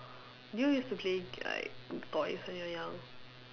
do you used to play like toys when you were young